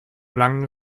langen